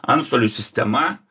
antstolių sistema